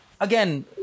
again